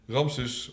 Ramses